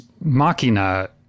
machina